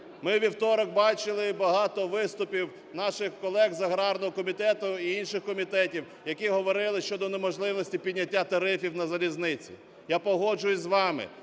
у вівторок бачили багато виступів наших колег з агарного комітету і інших комітетів, які говорили щодо неможливості підняття тарифів на залізниці. Я погоджуюсь з вами.